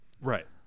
right